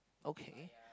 okay